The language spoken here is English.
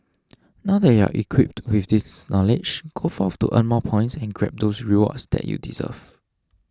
now they have equipped with this knowledge go forth to earn more points and grab those rewards that you deserve